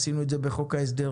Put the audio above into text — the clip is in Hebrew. עשינו את זה בחוק ההסדרים,